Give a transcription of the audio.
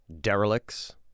derelicts